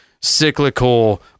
cyclical